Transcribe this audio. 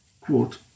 Quote